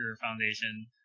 foundation